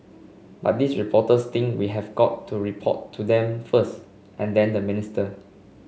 but these reporters think we have got to report to them first and then the minister